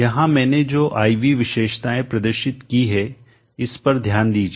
यहां मैंने जो I V विशेषताएं प्रदर्शित की है इस पर ध्यान दीजिए